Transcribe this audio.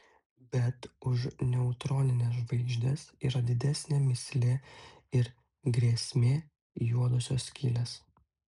bet už neutronines žvaigždes yra didesnė mįslė ir grėsmė juodosios skylės